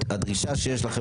וזה הוזכר כאן,